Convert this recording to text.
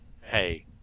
hey